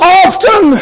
often